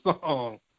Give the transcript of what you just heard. song